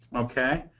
ok.